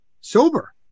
sober